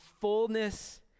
fullness